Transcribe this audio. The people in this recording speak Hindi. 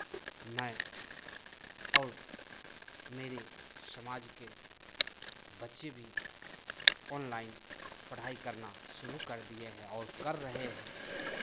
मैं और मेरे समाज के बच्चे भी ऑनलाइन पढ़ाई करना शुरू कर दिए हैं और कर रहे हैं